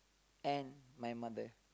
and my mother